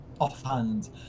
offhand